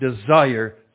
desire